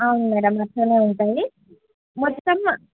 అవును మేడమ్ అలానే ఉంటాయి మొత్తం